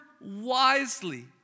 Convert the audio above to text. wisely